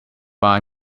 buy